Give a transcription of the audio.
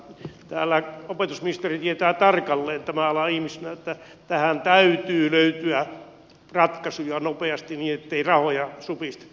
täällä opetusministeri tietää tarkalleen tämän alan ihmisenä että tähän täytyy löytyä ratkaisu ja nopeasti niin ettei rahoja supisteta